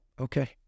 okay